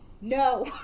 No